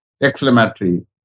exclamatory